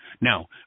Now